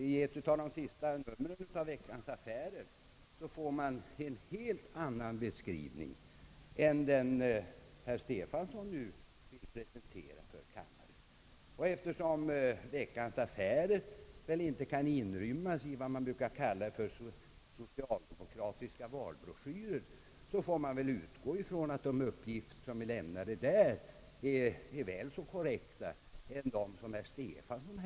I ett av de senaste numren av Veckans Affärer får man en helt annan beskrivning än den herr Stefanson nu presenterade för kammaren. Eftersom Veckans Affärer väl inte kan inrymmas under vad man brukar kalla socialdemokratiska valbroschyrer, får man väl utgå ifrån att uppgifterna där är väl så korrekta som herr Stefansons.